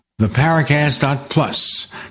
theparacast.plus